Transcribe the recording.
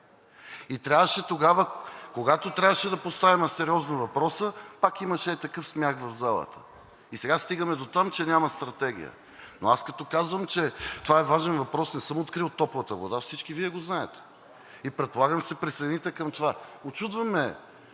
когато трябваше да поставим сериозно въпроса, пак имаше ей такъв смях в залата. И сега стигаме дотам, че няма стратегия. Но аз като казвам, че това е важен въпрос, не съм открил топлата вода, всички Вие го знаете и предполагам ще се присъедините към това. Учудва ме